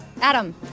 Adam